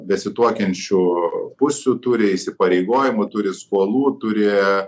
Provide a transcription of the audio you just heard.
besituokiančių pusių turi įsipareigojimų turi skolų turi